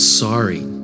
sorry